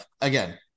again